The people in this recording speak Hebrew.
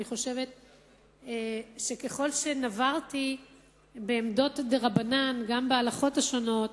אני חושבת שככל שנברתי בעמדות דרבנן גם בהלכות השונות